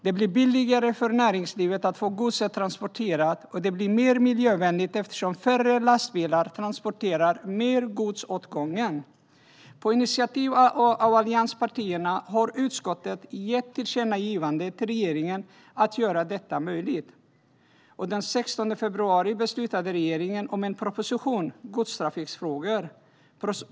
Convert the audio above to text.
Det blir billigare för näringslivet att få godset transporterat, och det blir mer miljövänligt eftersom färre lastbilar transporterar mer gods åt gången. På initiativ av allianspartierna har utskottet riktat ett tillkännagivande till regeringen om att göra detta möjligt. Den 16 februari beslutade regeringen om propositionen Godstrafikfrågor .